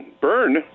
burn